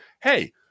hey